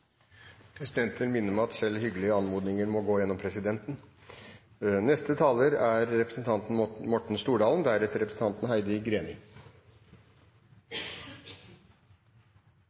Presidenten vil minne om at selv hyggelige anmodninger må gå gjennom presidenten. Interpellanten tar opp en interessant debatt. Dette er